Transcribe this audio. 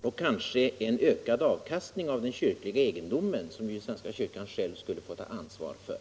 och kanske en ökad avkastning av den kyrkliga egendomen, som ju kyrkan själv skulle få ta ansvar för.